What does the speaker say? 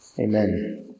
Amen